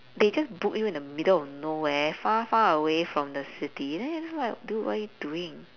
they just book you in the middle of nowhere far far away from the city then it's just like dude what are you doing